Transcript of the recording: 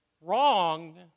wrong